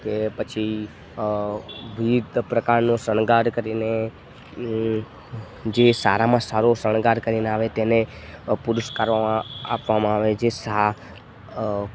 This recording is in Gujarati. કે પછી વિવિધ પ્રકારનો શણગાર કરીને જે સારામાં સારો શણગાર કરીને આવે તેને પુરસ્કારોમાં આપવામાં આવે છે જે સા